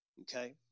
okay